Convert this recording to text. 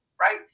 right